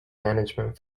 management